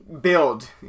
build